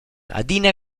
adina